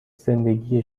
زندگی